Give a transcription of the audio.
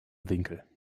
winkel